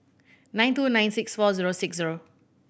nine two nine six four zero six zero